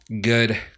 good